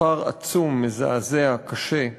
מספר עצום, מזעזע, קשה.